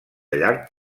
llarg